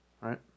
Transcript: Right